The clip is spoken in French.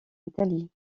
italie